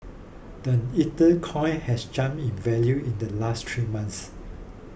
the ether coin has jumped in value in the last three months